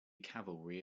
cavalry